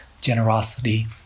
generosity